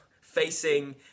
facing